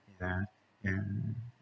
ya ya